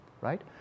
right